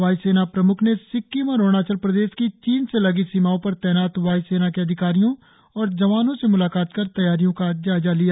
वाय्सेना प्रम्ख ने सिक्किम और अरुणाचल प्रदेश की चीन से लगी सीमाओं पर तैनात वाय्सेना के अधिकारियों और जवानों से म्लाकात कर तैयारियों का जायजा लिया